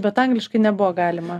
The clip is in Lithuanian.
bet angliškai nebuvo galima